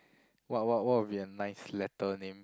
what what what would be a nice letter name